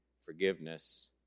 forgiveness